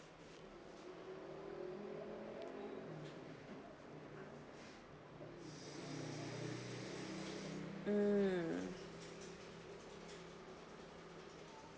mm